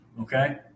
okay